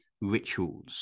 rituals